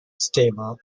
stable